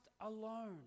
alone